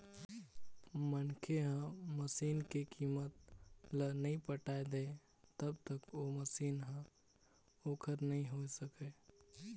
मनखे ह मसीन के कीमत ल नइ पटा दय तब तक ओ मशीन ह ओखर नइ होय सकय